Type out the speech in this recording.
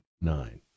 nine